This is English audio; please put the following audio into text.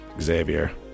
Xavier